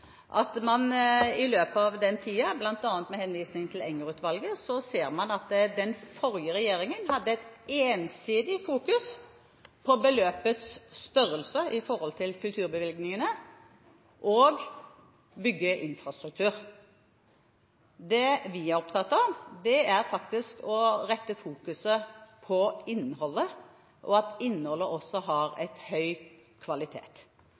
at man i løpet av den tiden, bl.a. med henvisning til Enger-utvalget, ser at den forrige regjeringen hadde et ensidig fokus på beløpets størrelse med tanke på kulturbevilgningene og å bygge infrastruktur. Det vi er opptatt av, er faktisk å rette fokuset på innholdet, og at innholdet har høy kvalitet.